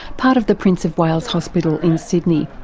part of the prince of wales hospital in sydney.